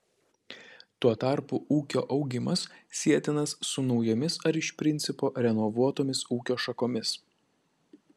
tuo tarpu ūkio augimas sietinas su naujomis ar iš principo renovuotomis ūkio šakomis